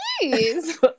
please